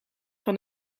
van